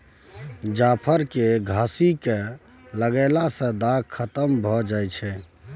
जाफर केँ घसि कय लगएला सँ दाग खतम भए जाई छै